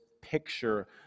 picture